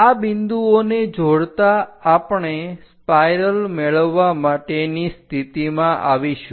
આ બિંદુઓને જોડતા આપણે સ્પાઇરલ મેળવવા માટેની સ્થિતિમાં આવીશું